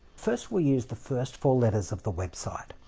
first, we'll use the first four letters of the website,